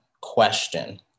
question